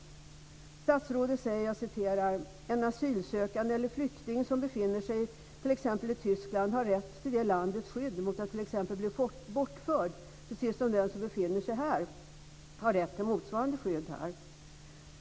Statsrådet säger: "En asylsökande eller flykting som befinner sig i t.ex. Tyskland har rätt till det landets skydd mot t.ex. att bli bortförd, precis som den som befinner sig i Sverige har rätt till motsvarande skydd här."